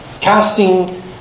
Casting